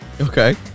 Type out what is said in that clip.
okay